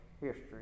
history